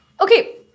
Okay